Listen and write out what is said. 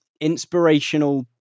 inspirational